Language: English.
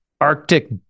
Arctic